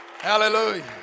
Hallelujah